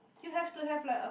you have to have like a